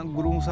Guru